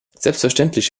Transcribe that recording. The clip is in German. selbstverständlich